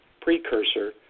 precursor